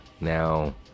Now